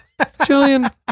Jillian